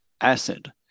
acid